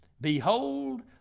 Behold